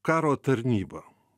karo tarnyba